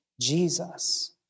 Jesus